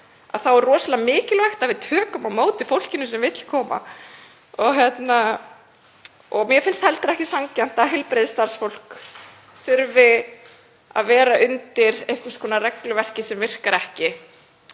er rosalega mikilvægt að við tökum á móti fólkinu sem vill þó koma. Mér finnst heldur ekki sanngjarnt að heilbrigðisstarfsfólk þurfi að vera undir einhvers konar regluverki sem virkar ekki